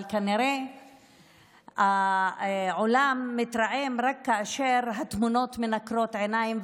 אבל כנראה העולם מתרעם רק כאשר התמונות מנקרות עיניים,